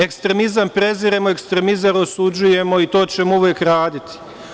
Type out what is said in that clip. Ekstremizam preziremo, ekstremizam osuđujemo i to ćemo uvek raditi.